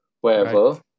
wherever